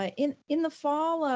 ah in in the fall, ah